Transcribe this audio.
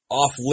off